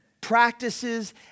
practices